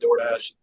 DoorDash